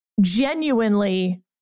genuinely